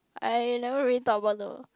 I never really talk about it though